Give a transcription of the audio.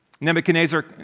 Nebuchadnezzar